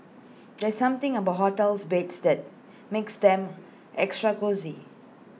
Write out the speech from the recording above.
there something about hotels beds that makes them extra cosy